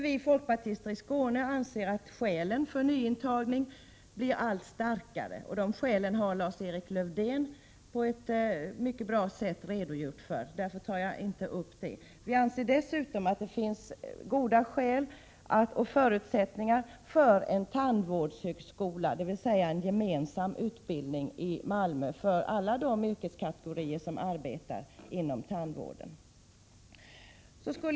Vi folkpartister i Skåne anser att skälen för nyintagning blir allt starkare. Dessa skäl har Lars-Erik Lövdén på ett mycket bra sätt redogjort för. Därför behöver inte jag göra det. Vi anser dessutom att det finns goda skäl och förutsättningar för en tandvårdshögskola, dvs. en gemensam utbildning i Malmö för alla de yrkeskategorier som arbetar inom tandvården.